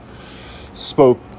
spoke